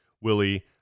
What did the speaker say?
Willie